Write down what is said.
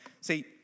See